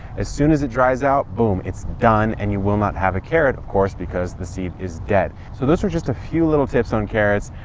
as soon as it dries out, boom, it's done and you will not have a carrot of course, because the seed is dead. so those are just a few little tips on carrots.